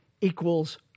equals